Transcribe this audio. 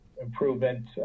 improvement